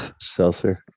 Seltzer